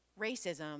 racism